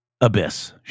abyss